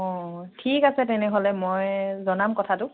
অঁ ঠিক আছে তেনেহ'লে মই জনাম কথাটো